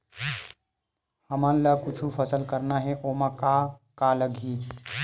हमन ला कुछु फसल करना हे ओमा का का लगही?